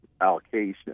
allocation